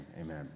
amen